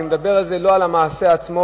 ואני מדבר לא על המעשה עצמו,